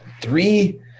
three